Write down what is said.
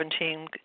2017